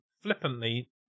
Flippantly